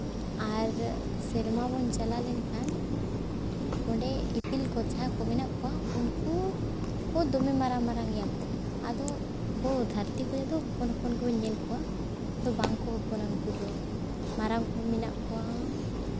ᱟᱨ ᱥᱮᱨᱢᱟ ᱵᱚᱱ ᱪᱟᱞᱟᱣ ᱞᱮᱱᱠᱷᱟᱱ ᱚᱸᱰᱮ ᱤᱯᱤᱞ ᱠᱚ ᱡᱟᱦᱟᱸ ᱠᱚ ᱢᱮᱱᱟᱜ ᱠᱚᱣᱟ ᱩᱱᱠᱩ ᱠᱚ ᱫᱚᱢᱮ ᱢᱟᱨᱟᱝ ᱢᱟᱨᱟᱝ ᱜᱮᱭᱟ ᱠᱚ ᱟᱫᱚ ᱟᱵᱚ ᱫᱷᱟᱹᱨᱛᱤ ᱠᱷᱚᱱᱟᱜ ᱫᱚ ᱦᱚᱯᱚᱱ ᱦᱚᱯᱚᱱ ᱜᱮᱵᱚᱱ ᱧᱮᱞ ᱠᱚᱣᱟ ᱟᱫᱚ ᱵᱟᱝ ᱠᱚ ᱦᱚᱯᱚᱱᱟ ᱩᱱᱠᱩ ᱫᱚ ᱢᱟᱨᱟᱝ ᱠᱚ ᱦᱚᱸ ᱢᱮᱱᱟᱜ ᱠᱚᱣᱟ